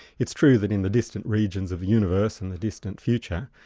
it's true that in the distant regions of the universe and the distant future,